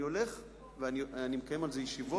אני הולך ואני מקיים על זה ישיבות,